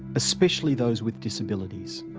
especially those with disabilities.